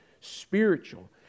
spiritual